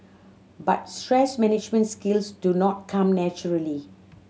but stress management skills do not come naturally